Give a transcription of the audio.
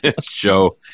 show